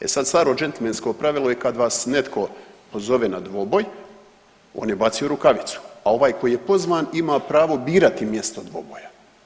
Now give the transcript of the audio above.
E sad, staro džentlmensko pravilo je kad vas netko pozove na dvoboj, on je bacio rukavicu, a ovaj koji je pozvan ima pravo birati mjesto dvoboja.